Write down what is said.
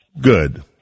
good